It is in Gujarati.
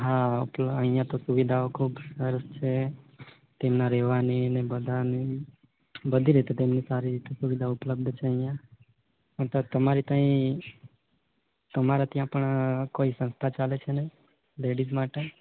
હા ઓકે અહીંયા તો સુવિધાઓ ખૂબ સરસ છે તેમના રહેવાની અને બધાની બધી રીતે તેમની સારી રીતે સુવિધા ઉપલબ્ધ છે અહીંયા પણ તો તમારે તહીં તમારા ત્યાં પણ કોઇ સંસ્થા ચાલે છે ને લેડીઝ માટે